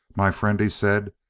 my friend, he said.